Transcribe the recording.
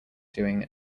doing